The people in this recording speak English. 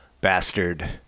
Bastard